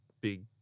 big –